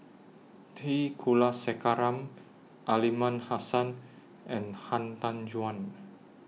T Kulasekaram Aliman Hassan and Han Tan Juan